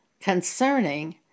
concerning